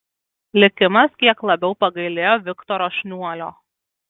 likimas kiek labiau pagailėjo viktoro šniuolio